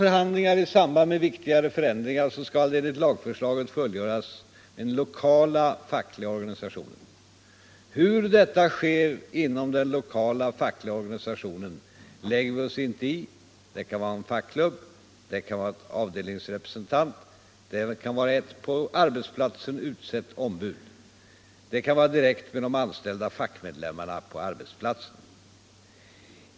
Förhandlingar i samband med viktigare förändringar skall enligt lagförslaget upptas med den lokala fackliga organisationen. Hur detta sker lägger vi oss inte i — det kan vara med fackklubben, det kan vara med en avdelningsrepresentant, det kan vara med ett på arbetsplatsen utsett ombud och det kan vara direkt med medlemmarna på arbetsplatsen.